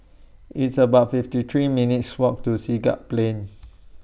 It's about fifty three minutes' Walk to Siglap Plain